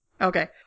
Okay